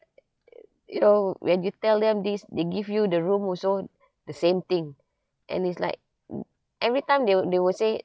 you know when you tell them these they give you the room also the same thing and it's like m~ every time they will they will say